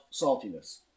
saltiness